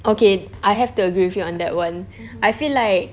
okay I have to agree with you on that [one] I feel like